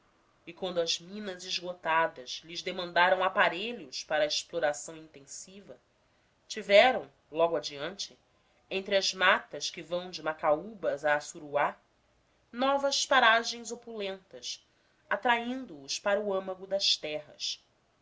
e quando as minas esgotadas lhes demandaram aparelhos para a exploração intensiva tiveram logo adiante entre as matas que vão de macaúbas a açuruá novas paragens opulentas atraindoos para o âmago das terras